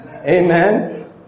Amen